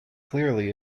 clearly